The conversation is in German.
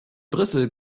brüssel